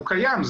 הוא קיים,